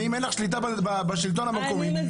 ואם אין לך שליטה בשלטון המקומי,